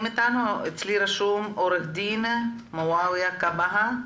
עו"ד מועאוויה כבהה,